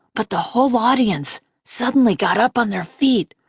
but the whole audience suddenly got up on their feet,